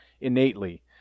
innately